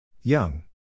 Young